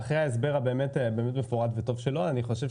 אחרי ההסבר המפורט והטוב של איתי.